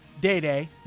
Day-Day